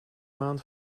maand